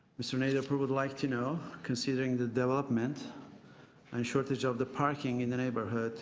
mr. nagerpour would like to know, considering the development and shortage of the parking in the neighbourhoo